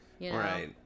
right